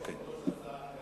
יש לי הצעה אחרת.